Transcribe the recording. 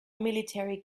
military